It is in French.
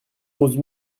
onze